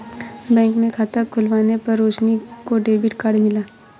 bank में खाता खुलवाने पर रोशनी को डेबिट कार्ड मिला